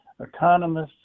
economists